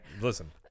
listen